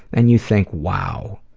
and you think, wow,